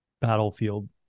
battlefield